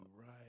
right